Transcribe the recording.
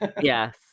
Yes